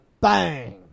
bang